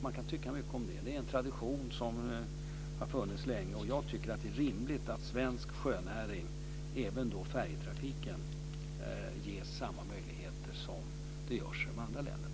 Man kan tycka mycket om det, men det är en tradition som har funnits länge, och jag tycker att det är rimligt att svensk sjönäring, även färjetrafiken, ges samma möjligheter som de andra länderna ger sin sjönäring.